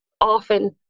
often